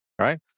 right